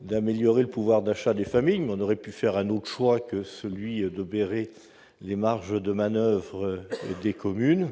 d'améliorer le pouvoir d'achat des familles, mais on aurait pu faire un autre choix que celui d'obérer les marges de manoeuvre des communes.